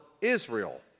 Israel